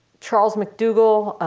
charles mcdougall,